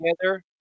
together